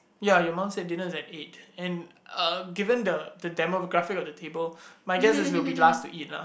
ya your mum said dinner is at eight and uh given the the demographic of the table my guess is we'll be last to eat lah